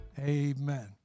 Amen